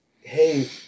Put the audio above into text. hey